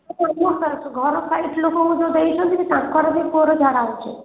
ଘର ସାଇଡ୍ ଲୋକଙ୍କୁ ଯେଉଁ ଦେଇଛନ୍ତି ତାଙ୍କର ବି ପୁଅର ଝାଡା ହେଉଛି